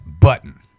button